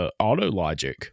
AutoLogic